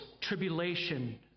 tribulation